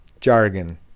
jargon